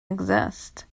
exist